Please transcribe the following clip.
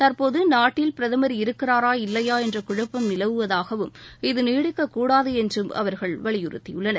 தற்போது நாட்டில் பிரதமர் இருக்கிறரா இல்லையா என்ற குழப்பம் நிலவுவதாகவும் இத நீடிக்கக்கூடாது என்றும் அவர்கள் வலியுறுத்தியுள்ளனர்